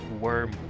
worm